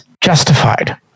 justified